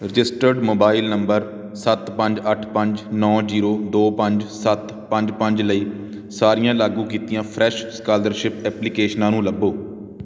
registered mobile number ਸੱਤ ਪੰਜ ਅੱਠ ਪੰਜ ਨੌ ਜ਼ੀਰੋ ਦੋ ਪੰਜ ਸੱਤ ਪੰਜ ਪੰਜ ਲਈ ਸਾਰੀਆਂ ਲਾਗੂ ਕੀਤੀਆਂ ਫਰੈਸ਼ ਸਕਾਲਰਸ਼ਿਪ ਐਪਲੀਕੇਸ਼ਨਾਂ ਨੂੰ ਲੱਭੋ